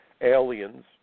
aliens